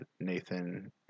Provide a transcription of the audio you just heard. Nathan